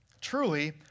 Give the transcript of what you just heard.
truly